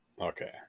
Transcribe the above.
Okay